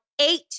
eight